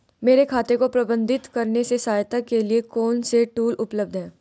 मेरे खाते को प्रबंधित करने में सहायता के लिए कौन से टूल उपलब्ध हैं?